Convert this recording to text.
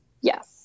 Yes